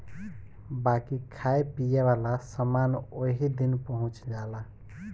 बाकी खाए पिए वाला समान ओही दिन पहुच जाला